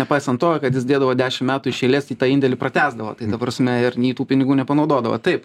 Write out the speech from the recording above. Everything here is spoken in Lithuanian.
nepaisant to kad jis dėdavo dešim metų iš eilės į tą indėlį pratęsdavo tai ta prasme ir nei tų pinigų nepanaudodavo taip